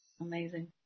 amazing